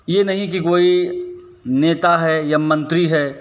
ये नहीं कि कोई नेता है या मंत्री है